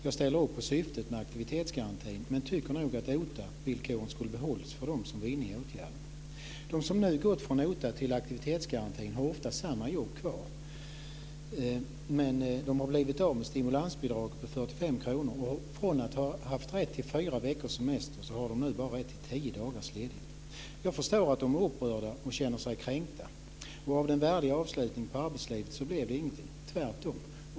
Jag ställer upp på syftet med aktivitetsgarantin men tycker nog att OTA villkoren skulle ha behållits för dem som var inne i åtgärden. De som nu gått från OTA till aktivitetsgarantin har ofta samma jobb kvar, men de har blivit av med ett stimulansbidrag på 45 kr. Från att ha haft rätt till fyra veckors semester har de nu bara rätt till tio dagars ledighet. Jag förstår att de är upprörda och känner sig kränkta. Av den värdiga avslutningen på arbetslivet blev det inget, tvärtom.